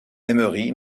emery